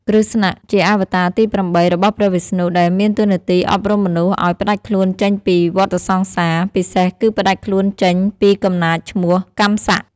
គ្រឹស្ណៈ ជាអវតារទី៨ របស់ព្រះវិស្ណុ ដែលមានតួនាទីអប់រំមនុស្សឱ្យផ្តាច់ខ្លួនចេញពីវដ្តសង្សារ ពិសេសគឺផ្តាច់ខ្លួនចេញ ពីកំណាចឈ្មោះកម្សៈ។